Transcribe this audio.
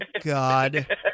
God